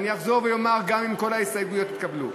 ואני אחזור ואומר: גם אם כל ההסתייגויות לא יתקבלו.